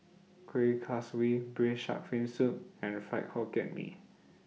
Kuih Kaswi Braised Shark Fin Soup and Fried Hokkien Mee